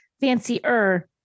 fancier